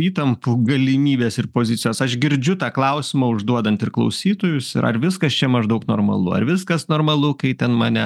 įtampų galimybės ir pozicijos aš girdžiu tą klausimą užduodant ir klausytojus ir ar viskas čia maždaug normalu ar viskas normalu kai ten mane